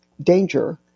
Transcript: danger